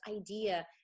idea